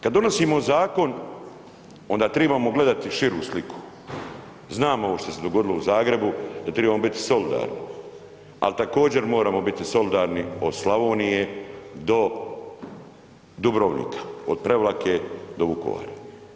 Kada donosimo zakon onda trebamo gledati širu sliku, znamo ovo što se dogodilo u Zagrebu da tribamo biti solidarni, ali također moramo biti solidarni od Slavonije do Dubrovnika, od Prevlake do Vukovara.